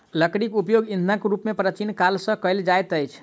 लकड़ीक उपयोग ईंधनक रूप मे प्राचीन काल सॅ कएल जाइत अछि